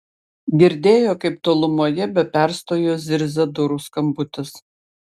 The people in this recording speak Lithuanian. girdėjo kaip tolumoje be perstojo zirzia durų skambutis